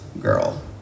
girl